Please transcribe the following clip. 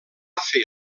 fer